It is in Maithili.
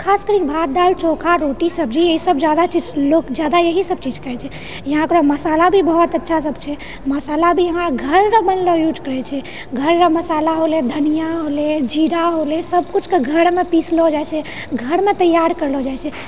खास करि भात दालि चोखा रोटी सब्जी ईसभ जादा चीज लोक जादा यहीसभ चीज खाइत छै यहाँ ओकरा मसाला भी बहुत अच्छासभ छै मसाला भी इहाँ घरके बनलऔ यूज करैत छै घररऽ मसाला होलय धनिआ होलय जीरा होलय सभ कुछकऽ घरमऽ पिसलो जाइत छै घरमऽ तैआर करलो जाइत छै